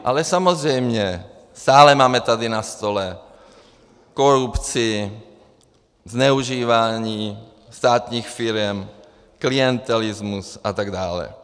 Ale samozřejmě stále máme tady na stole korupci, zneužívání státních firem, klientelismus atd.